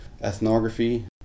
ethnography